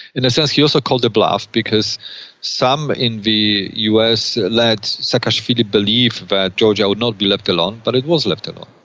in a sense he also called their bluff, because some in the us let saakashvili believe that georgia would not be left alone but it was left alone.